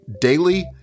daily